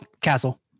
Castle